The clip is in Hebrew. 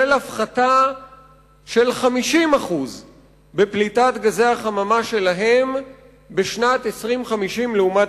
של הפחתה של 50% בפליטת גזי החממה שלהן בשנת 2050 לעומת